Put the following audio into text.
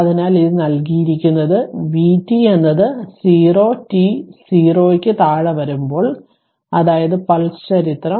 അതിനാൽ ഇത് നൽകിയിരിക്കുന്നത് vt എന്നത് 0 t 0 ക്ക് താഴെ വരുമ്പോൾ അതായത് പൾസ് ചരിത്രം